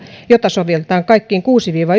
jota sovelletaan kaikkiin kuudeksi viiva